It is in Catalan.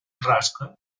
rasca